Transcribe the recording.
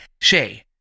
Shay